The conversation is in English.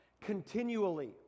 continually